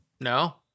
No